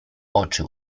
oczy